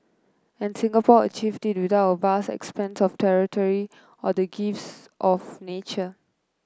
and Singapore achieved it without a vast expanse of territory or the gifts of nature